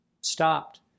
stopped